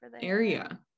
area